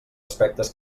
aspectes